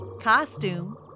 costume